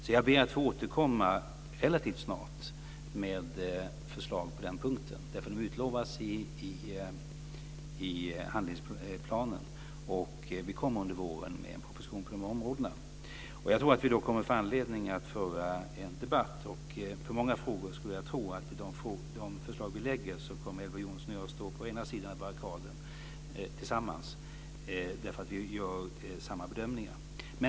Jag ber därför att få återkomma relativt snart med förslag på dessa punkter. Vi kommer under våren med en proposition på de här områdena, som framgår av handlingsplanen. Jag tror att vi då kommer att få anledning att föra en debatt. I många frågor skulle jag tro att Elver Jonsson och jag kommer att stå tillsammans på samma sida om barrikaden, eftersom vi gör samma bedömningar.